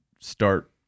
start